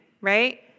right